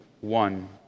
one